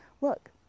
Look